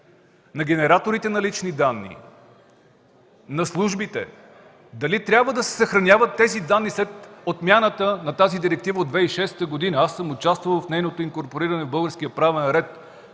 на генераторите на лични данни, на службите. Дали трябва да се съхраняват тези данни след отмяната на Директивата от 2006 г. Аз съм участвал в нейното инкорпориране в